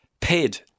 paid